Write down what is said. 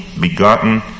begotten